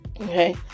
Okay